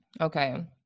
Okay